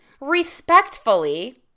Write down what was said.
Respectfully